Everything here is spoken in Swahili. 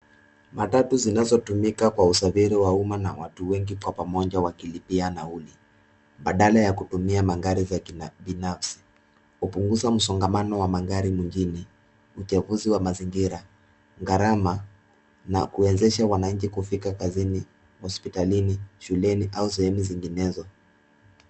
Matatu zinazotumika kwa usafiri wa umma na watu wengi kwa pamoja wakilipia nauli badala ya kutumia magari za kibinafsi hupunguza msongamano wa magari mjini, uchafuzi wa mazingira, gharama na kuwezesha wananchi kufika kazini, hospitalini, shuleni au sehemu zinginezo.